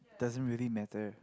doesn't really matter